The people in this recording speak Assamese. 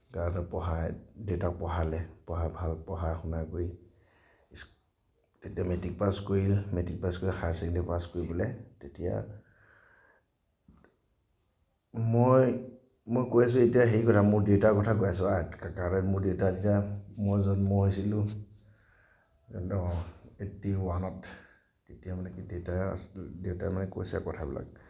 তাৰ পাছত পঢ়াই দেতাক পঢ়ালে পঢ়াই শুনাই তেতিয়া মেট্ৰিক পাছ কৰিলে মেট্ৰিক পাছ কৰি হায়াৰ ছেকেণ্ডেৰী পাছ কৰি পেলাই তেতিয়া মই মই কৈ আছোঁ এতিয়া মই হেৰি কথা মোৰ দেতাৰ কথা কৈ আছোঁ কাৰণ মোৰ দেতা তেতিয়া মই জন্ম হৈছিলোঁ এইট্টি ওৱানত তেতিয়া মানে কি দেউতাই মানে কৈছে কথাবিলাক